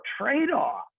trade-off